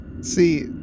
See